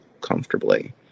comfortably